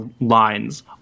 lines